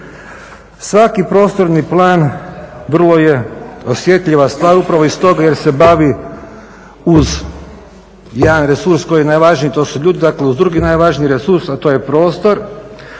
Svaki prostorni plan vrlo je osjetljiva stvar upravo iz tog jer se bavi uz jedan resurs koji je najvažniji, to su ljudi. Dakle uz drugi najvažniji resurs, a to je prostor,